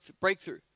breakthrough